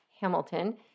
Hamilton